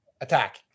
Attack